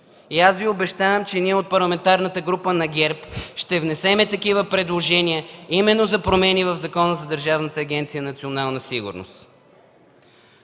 Обещавам Ви, че ние от Парламентарната група на ГЕРБ ще внесем такива предложения – именно за промени в Закона за Държавната агенция „Национална сигурност”.